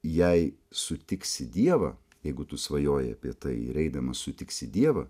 jei sutiksi dievą jeigu tu svajoji apie tai ir eidamas sutiksi dievą